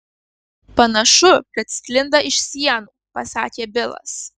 panašu kad sklinda iš sienų pasakė bilas